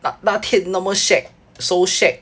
那那天那么 shag so shag